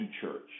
church